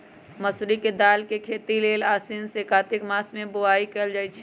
मसूरी के दाल के खेती लेल आसीन से कार्तिक मास में बोआई कएल जाइ छइ